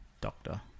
doctor